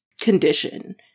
condition